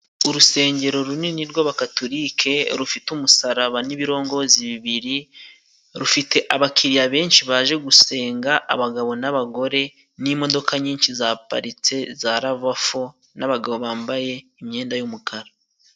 Urusengero runini rw'abakatolike rufite umusaraba n'ibirongozi bibiri rufite abakiriya benshi baje gusenga, abagabo n'abagore n'imodoka nyinshi zaparitse za lavafo nabagabo bambaye imyenda yumukara.